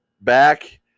back